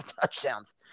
touchdowns